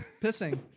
Pissing